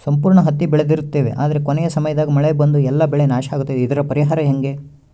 ಸಂಪೂರ್ಣ ಹತ್ತಿ ಬೆಳೆದಿರುತ್ತೇವೆ ಆದರೆ ಕೊನೆಯ ಸಮಯದಾಗ ಮಳೆ ಬಂದು ಎಲ್ಲಾ ಬೆಳೆ ನಾಶ ಆಗುತ್ತದೆ ಇದರ ಪರಿಹಾರ ಹೆಂಗೆ?